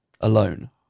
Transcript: alone